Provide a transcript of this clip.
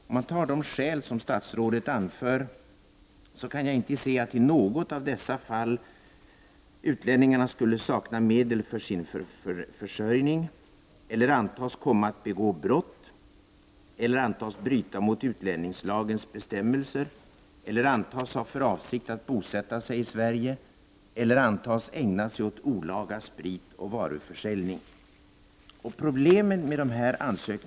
Om jag tar de skäl som statsrådet anför kan jag inte se att någon av utlänningarna i dessa fall skulle sakna medel för sin försörjning, antas komma att begå brott, bryta mot utlänningslagens bestämmelser, ha för avsikt att bosätta sig i Sverige eller ägna sig åt olaga sprit eller varuförsäljning.